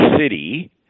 city